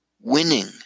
Winning